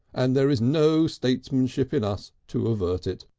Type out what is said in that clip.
and there is no statesmanship in us to avert it.